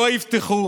לא יפתחו.